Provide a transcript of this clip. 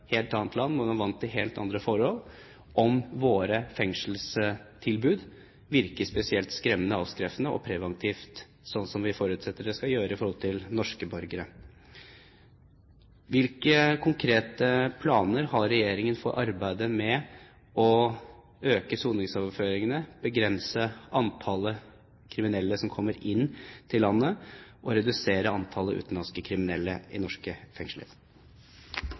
helt annet land, hvor man er vant til helt andre forhold, om våre fengselstilbud virker spesielt skremmende, avskrekkende, og preventivt, som vi forutsetter at det skal gjøre for norske borgere. Hvilke konkrete planer har regjeringen for arbeidet med å øke soningsoverføringene, begrense antallet kriminelle som kommer inn til landet, og redusere antallet utenlandske kriminelle i norske fengsler?